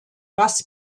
was